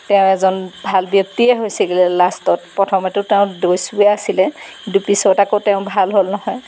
তেওঁ এজন ভাল ব্যক্তিয়ে হৈছিলগৈ লাষ্টত প্ৰথমেতো তেওঁ দৈষ্য়ুৱেই আছিলে কিন্তু পিছত আকৌ তেওঁ ভাল হ'ল নহয়